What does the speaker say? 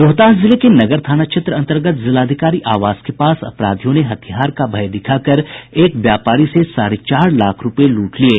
रोहतास जिले के नगर थाना क्षेत्र अंतर्गत जिलाधिकारी आवास के पास अपराधियों ने हथियार का भय दिखाकर एक व्यापारी से साढ़े चार लाख रूपये लूट लिये